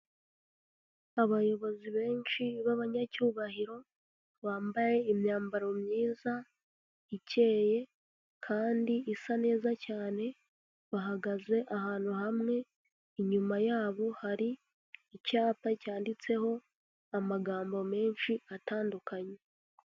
Abayobozi benshi b'abanyacyubahiro, bambaye imyambaro myiza ikeye kandi isa neza cyane, bahagaze ahantu hamwe, inyuma yabo hari icyapa cyanditseho, amagambo menshi atandukanye.